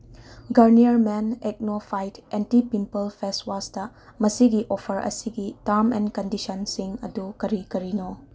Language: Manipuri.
Garnier men AcnoFight anti pimple face wash ꯃꯁꯤꯒꯤ ꯑꯣꯐꯔ ꯑꯁꯤꯒꯤ ꯇꯥꯔꯝ ꯑꯦꯟ ꯀꯟꯗꯤꯁꯟꯁꯁꯤꯡ ꯑꯗꯨ ꯀꯔꯤ ꯀꯔꯤꯅꯣ